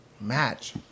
match